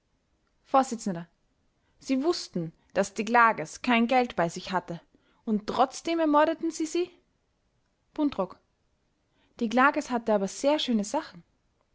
vors sie wußten daß die klages kein geld bei sich hatte und trotzdem ermordeten sie sie buntrock die klages hatte aber sehr schöne sachen